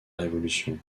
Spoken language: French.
révolution